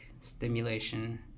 stimulation